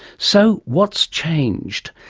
so, what's changed?